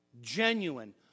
genuine